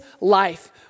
life